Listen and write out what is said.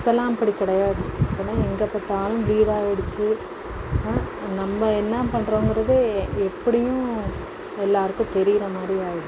இப்போல்லாம் அப்படி கிடையாது என்ன எங்கே பார்த்தாலும் வீடாக ஆயிடுச்சு நம்ப என்ன பண்றோங்கிறதே எப்படியும் எல்லாருக்கும் தெரியிரமாதிரி ஆயிடுது